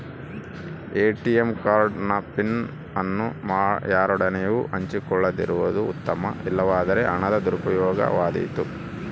ATM card ನ pin ಅನ್ನು ಯಾರೊಡನೆಯೂ ಹಂಚಿಕೊಳ್ಳದಿರುವುದು ಉತ್ತಮ, ಇಲ್ಲವಾದರೆ ಹಣದ ದುರುಪಯೋಗವಾದೀತು